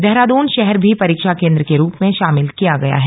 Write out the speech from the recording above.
देहराद्न शहर भी परीक्षा केन्द्र के रूप में शामिल किया गया है